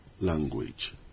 language